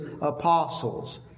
apostles